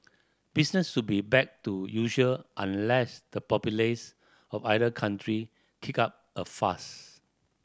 business should be back to usual unless the populace of either country kick up a fuss